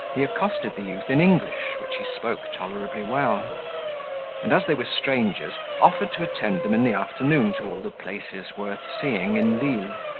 he accosted the youth in english, which he spoke tolerably well and, as they were strangers, offered to attend them in the afternoon to all the places worth seeing in lisle.